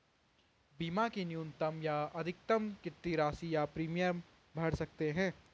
बीमा की न्यूनतम या अधिकतम कितनी राशि या प्रीमियम भर सकते हैं?